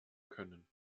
können